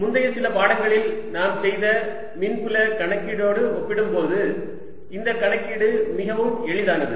முந்தைய சில பாடங்களில் நாம் செய்த மின்புல கணக்கீட்டோடு ஒப்பிடும்போது இந்த கணக்கீடு மிகவும் எளிதானது